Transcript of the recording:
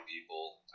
people